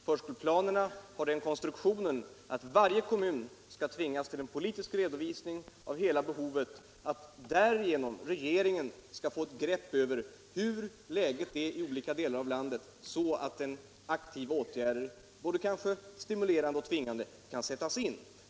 Förskoleplanerna har den konstruktionen att varje kommun skall tvingas till en politisk redovisning av hela behovet, så att regeringen därigenom får ett grepp om hur läget är i olika delar av landet och så att aktiva åtgärder — kanske både stimulerande och tvingande — kan sättas in.